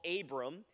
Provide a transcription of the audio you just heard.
Abram